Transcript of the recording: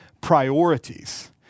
priorities